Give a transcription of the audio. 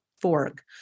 fork